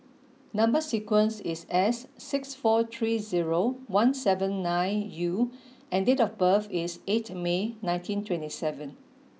number sequence is S six four three zero one seven nine U and date of birth is eight May ninety twenty seven